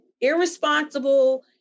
irresponsible